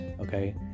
okay